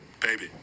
baby